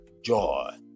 joy